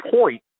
point